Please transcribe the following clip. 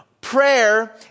prayer